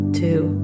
two